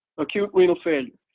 acute renal failure.